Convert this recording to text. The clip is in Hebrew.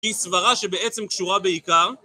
היא סברה שבעצם קשורה בעיקר